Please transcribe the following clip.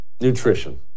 Nutrition